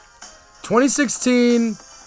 2016